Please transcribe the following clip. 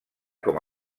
com